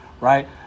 right